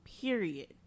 Period